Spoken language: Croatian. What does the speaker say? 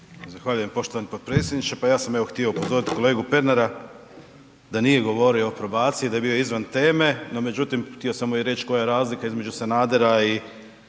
Zahvaljujem poštovani potpredsjedniče. Pa ja sam htio upozoriti kolegu Pernara da nije govorio o probaciji, da je bio izvan teme no međutim htio sam mu i reći koja je razlika između Sanadera i